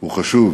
הוא חשוב.